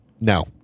No